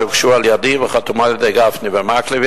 שהוגשו על-ידי וחתומה על-ידי גפני ומקלב,